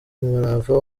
umurava